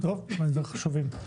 דברים חשובים.